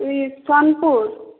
ଏଇ ସୋନପୁର